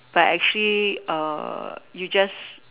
but actually err you just